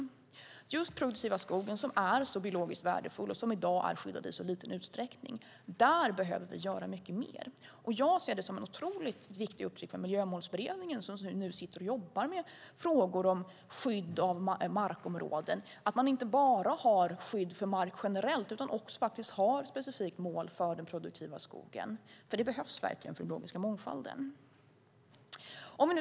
Det är just denna produktiva skog som är så biologiskt värdefull och som i dag är skyddad i så liten utsträckning. Här behöver vi göra mycket mer, och jag ser det som en viktig uppgift för Miljömålsberedningen, som jobbar med frågor om skydd av markområden, att inte bara ha skydd för mark generellt utan också specifika mål för den produktiva skogen. Det behövs verkligen för den biologiska mångfalden.